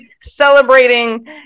celebrating